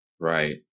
Right